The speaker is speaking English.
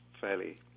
fairly